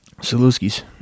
Saluskis